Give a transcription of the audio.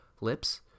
lips